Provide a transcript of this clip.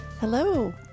Hello